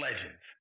legends